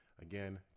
again